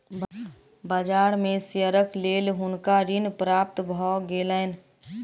बाजार में शेयरक लेल हुनका ऋण प्राप्त भ गेलैन